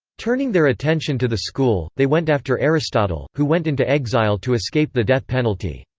turning their attention to the school, they went after aristotle, who went into exile to escape the death penalty.